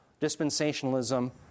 dispensationalism